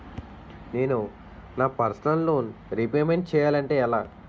నేను నా personal loan repayment చేయాలంటే ఎలా?